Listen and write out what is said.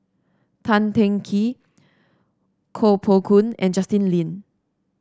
Tan Teng Kee Koh Poh Koon and Justin Lean